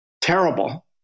terrible